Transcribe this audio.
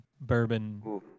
Bourbon